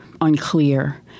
unclear